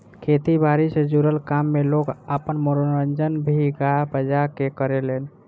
खेती बारी से जुड़ल काम में लोग आपन मनोरंजन भी गा बजा के करेलेन